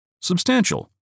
Substantial